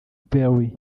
perry